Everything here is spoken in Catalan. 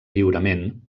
lliurement